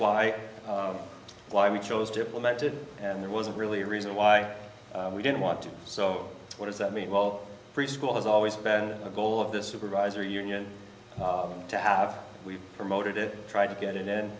why why we chose diplomated and there wasn't really a reason why we didn't want to so what does that mean well preschool has always been a goal of this supervisor union to have we promoted it tried to get it in